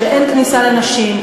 של "אין כניסה לנשים".